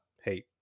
Hey